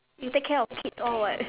you take care of kids all [what]